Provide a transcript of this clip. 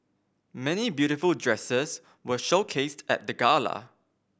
many beautiful dresses were showcased at the gala